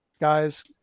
guys